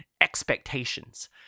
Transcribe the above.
expectations